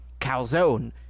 calzone